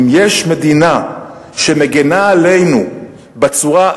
אם יש מדינה שמגינה עלינו בצורה,